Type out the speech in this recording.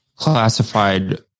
Classified